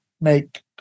make